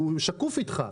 הוא שקוף איתך.